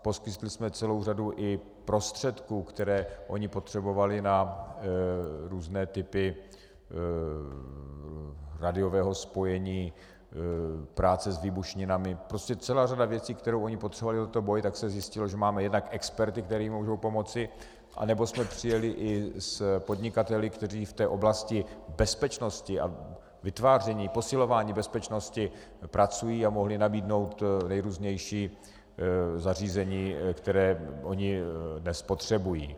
Poskytli jsme celou řadu i prostředků, které oni potřebovali na různé typy rádiového spojení, práce s výbušninami, prostě celá řada věcí, kterou oni potřebovali do boje, tak se zjistilo, že máme jednak experty, kteří můžou pomoci, anebo jsme přijeli i s podnikateli, kteří v té oblasti bezpečnosti a vytváření, posilování bezpečnosti pracují a mohli nabídnout nejrůznější zařízení, které oni dnes potřebují.